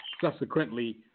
subsequently